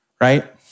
right